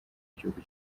gihugu